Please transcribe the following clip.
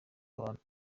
abantu